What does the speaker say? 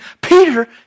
Peter